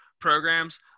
programs